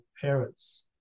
parents